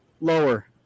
lower